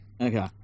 okay